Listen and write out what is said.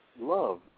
love